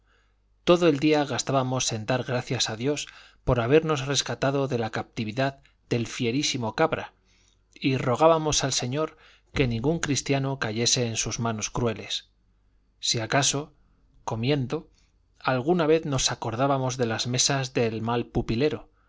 todo el día gastábamos en dar gracias a dios por habernos rescatado de la captividad del fierísimo cabra y rogábamos al señor que ningún cristiano cayese en sus manos crueles si acaso comiendo alguna vez nos acordábamos de las mesas del mal